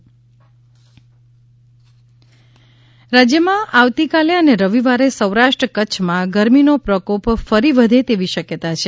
ગરમી રાજ્યમાં આવતીકાલે અને રવિવારે સૌરાષ્ટ્ર કચ્છમાં ગરમીનો પ્રકોપ ફરી વધે તેવી શક્યતા છે